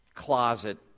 closet